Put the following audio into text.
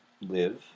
live